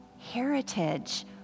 heritage